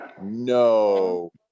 No